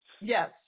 Yes